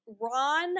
Ron